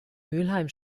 mülheim